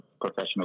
professional